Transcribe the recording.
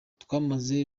twamaze